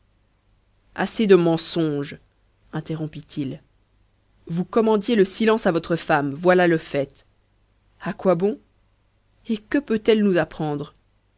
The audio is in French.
assez de mensonges interrompit-il vous commandiez le silence à votre femme voilà le fait à quoi bon et que peut-elle nous apprendre